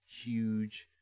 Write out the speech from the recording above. huge